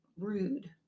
rude